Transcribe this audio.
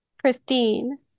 Christine